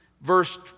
Verse